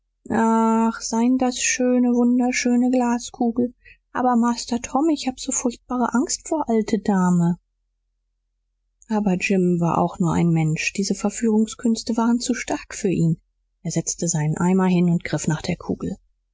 ach sein das schöne wunderschöne glaskugel aber master tom ich haben so furchtbar angst vor alte dame aber jim war auch nur ein mensch diese verführungskünste waren zu stark für ihn er setzte seinen eimer hin und griff nach der kugel